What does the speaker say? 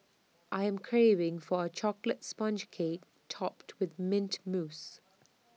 I am craving for A Chocolate Sponge Cake Topped with Mint Mousse